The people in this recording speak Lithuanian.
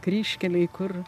kryžkelėj kur